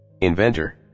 inventor